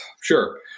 Sure